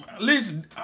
Listen